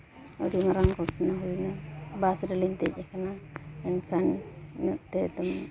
ᱟᱹᱰᱤ ᱢᱟᱨᱟᱝ ᱜᱷᱚᱴᱚᱱᱟ ᱦᱩᱭᱮᱱᱟ ᱨᱮᱞᱤᱧ ᱫᱮᱡ ᱟᱠᱟᱱᱟ ᱮᱱᱠᱷᱟᱱ ᱤᱱᱟᱹᱜ ᱛᱮ ᱫᱚᱢᱮ